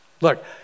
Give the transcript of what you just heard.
look